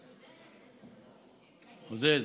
עודד,